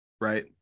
right